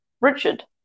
Richard